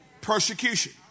Persecution